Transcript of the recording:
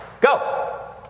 Go